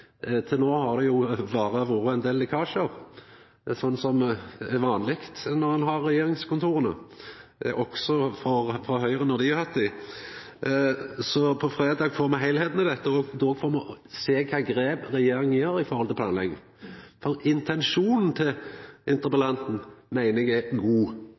Til no har det berre vore ein del lekkasjar, som er vanleg når ein har regjeringskontora – også for Høgre, då dei sat der. Så på fredag får me heilskapen i dette, og då får me sjå kva grep regjeringa gjer med omsyn til planlegging. Intensjonen til interpellanten meiner eg er god,